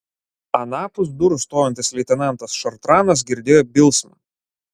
anapus durų stovintis leitenantas šartranas girdėjo bilsmą